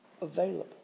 available